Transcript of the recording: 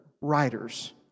writers